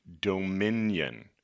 dominion